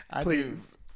Please